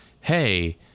hey